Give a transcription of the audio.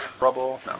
Rubble